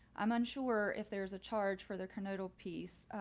i'm unsure if there's a charge for their kind of little piece.